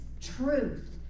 truth